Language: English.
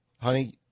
Honey